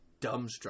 dumbstruck